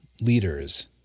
leaders